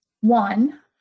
one